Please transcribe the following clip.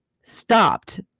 stopped